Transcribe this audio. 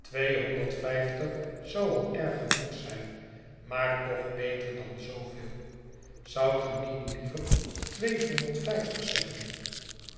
tweehonderd vijftig zou al erg genoeg zijn maar toch beter dan zooveel zoudt ge niet liever tweehonderd vijftig zeggen